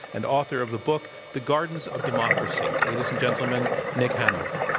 and author of the book, the gardens of democracy. ladies and gentlemen, nick hanauer.